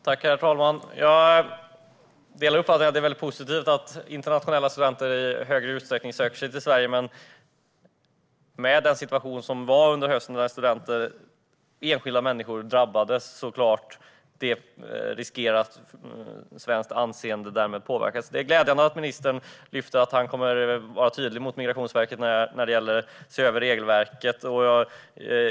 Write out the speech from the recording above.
Herr talman! Jag delar uppfattningen att det är positivt att internationella studenter i högre utsträckning söker sig till Sverige. Men en sådan situation som uppstod under hösten, när enskilda studenter drabbades, riskerar att försämra Sveriges anseende. Det är glädjande att ministern kommer att vara tydlig gentemot Migrationsverket vad gäller att se över regelverket.